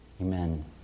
Amen